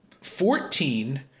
fourteen